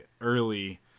early